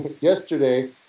yesterday